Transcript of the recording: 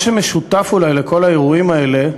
מה שמשותף, אולי, לכל האירועים האלה,